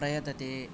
प्रयतते